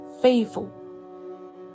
Faithful